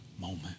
moment